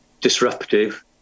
disruptive